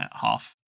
half